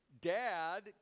dad